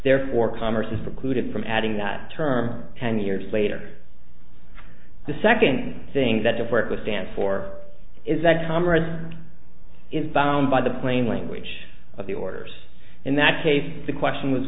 therefore commerce is precluded from adding that term ten years later the second thing that didn't work with stand for is that congress in found by the plain language of the orders in that case the question was